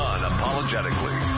Unapologetically